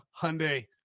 Hyundai